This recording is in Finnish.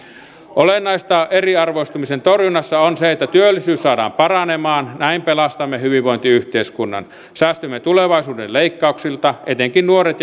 olennaista eriarvoistumisen torjunnassa on se että työllisyys saadaan paranemaan näin pelastamme hyvinvointiyhteiskunnan säästymme tulevaisuuden leikkauksilta etenkin nuoret